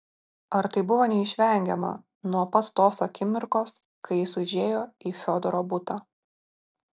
ar tai buvo neišvengiama nuo pat tos akimirkos kai jis užėjo į fiodoro butą